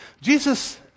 Jesus